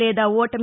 లేదా ఓటమి